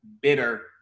bitter